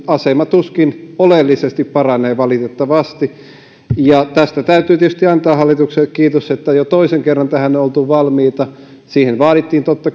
asema tuskin oleellisesti paranee valitettavasti tästä täytyy tietysti antaa hallitukselle kiitos että jo toisen kerran tähän on oltu valmiita siihen vaadittiin totta